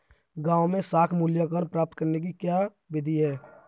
गाँवों में साख मूल्यांकन प्राप्त करने की क्या विधि है?